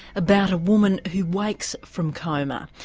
about a woman who wakes from coma.